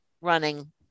running